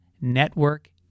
network